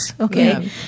Okay